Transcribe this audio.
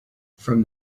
from